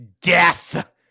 Death